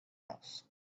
else